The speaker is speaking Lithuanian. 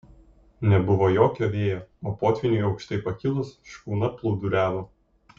nebuvo jokio vėjo o potvyniui aukštai pakilus škuna plūduriavo